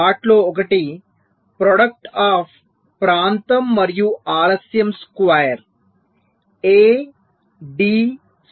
వాటిలో ఒకటి product of ప్రాంతం మరియు ఆలస్యం స్క్వేర్ a d స్క్వేర్